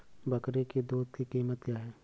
बकरी की दूध की कीमत क्या है?